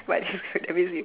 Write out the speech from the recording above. but this card that means you